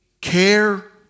care